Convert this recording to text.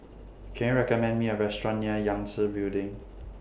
Can YOU recommend Me A Restaurant near Yangtze Building